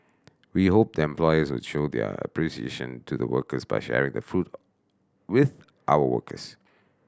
we hope them employers would show their appreciation to the workers by sharing the fruit with our workers